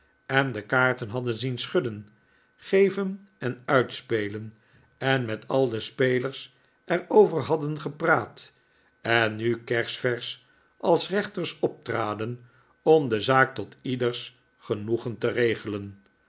en de kaarten hadden zien schudden geven en uitspelen en met al de spelers er over hadden gepraat en nu kersversch als reenters optraden om de zaak tot ieders genoegen te regelen